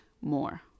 more